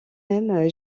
même